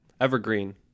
evergreen